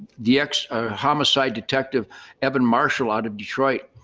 the ex homicide detective evan marshall, out of detroit.